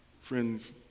Friends